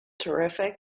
Terrific